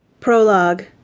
Prologue